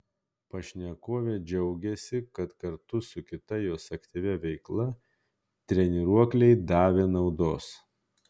pašnekovė džiaugėsi kad kartu su kita jos aktyvia veikla treniruokliai davė naudos